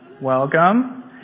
Welcome